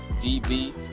D-B